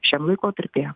šiam laikotarpiui